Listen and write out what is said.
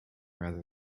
rather